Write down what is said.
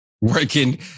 working